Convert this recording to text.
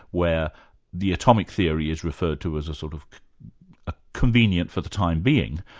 where the atomic theory is referred to as a sort of ah convenient for the time being,